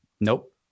Nope